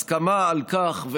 הסכמה על כך,